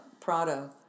Prado